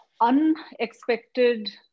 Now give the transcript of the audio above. unexpected